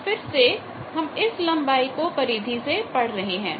तो फिर से हम इस लंबाई को परिधि से पढ़ रहे हैं